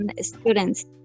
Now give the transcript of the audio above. students